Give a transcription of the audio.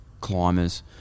climbers